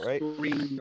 right